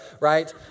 right